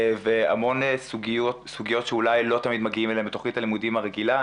והמון סוגיות שאולי לא תמיד מגיעים אליהן בתוכנית הלימודים הרגילה.